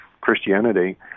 Christianity